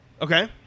Okay